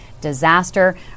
disaster